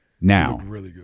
Now